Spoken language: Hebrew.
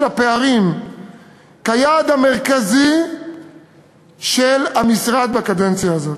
הפערים כיעד המרכזי של המשרד בקדנציה הזאת,